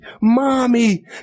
mommy